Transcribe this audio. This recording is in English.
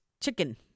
chicken